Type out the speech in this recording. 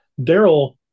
Daryl